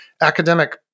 academic